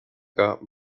got